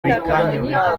bikanyobera